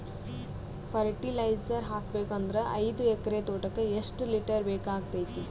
Fertiliser ಹಾಕಬೇಕು ಅಂದ್ರ ಐದು ಎಕರೆ ತೋಟಕ ಎಷ್ಟ ಲೀಟರ್ ಬೇಕಾಗತೈತಿ?